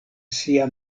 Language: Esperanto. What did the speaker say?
sia